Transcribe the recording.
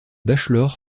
bachelor